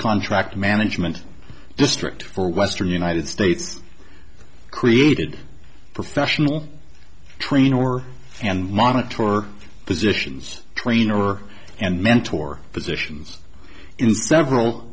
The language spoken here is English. contract management district for western united states created professional training or can monitor positions trainer and mentor positions in several